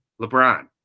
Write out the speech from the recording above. LeBron